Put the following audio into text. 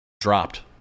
dropped